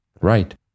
Right